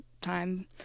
time